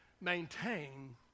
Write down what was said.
maintain